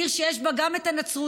עיר שיש בה גם את הנצרות,